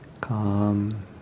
calm